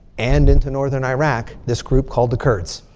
and into northern iraq. this group called the kurds.